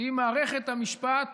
עם מערכת המשפט,